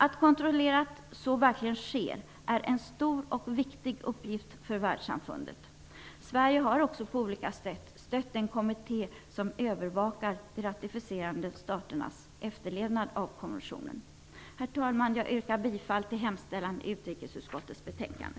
Att kontrollera att så verkligen sker är en stor och viktig uppgift för världssamfundet. Sverige har också på olika sätt stött den kommitté som övervakar de ratificerande staternas efterlevnad av konventionen. Herr talman! Jag yrkar bifall till hemställan i utrikesutskottets betänkande.